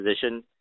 position